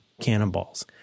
cannonballs